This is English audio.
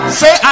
say